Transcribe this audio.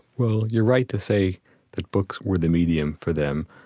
well, you're right to say that books were the medium for them.